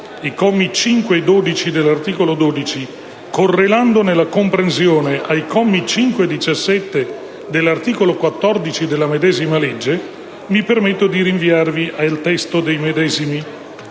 (i commi 5 e 12 dell'articolo 12), correlandone la comprensione ai commi 5 e 17 dell'articolo 14 della medesima legge, mi permetto di rinviarvi al testo dei medesimi.